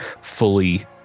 fully